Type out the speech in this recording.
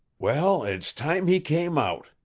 well, it's time he came out,